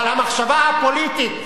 אבל המחשבה הפוליטית,